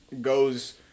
goes